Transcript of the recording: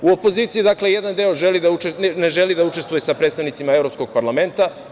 U opoziciji jedan ne želi da učestvuje sa predstavnicima evropskog parlamenta.